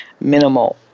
minimal